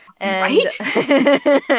Right